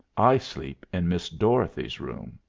i sleep in miss dorothy's room.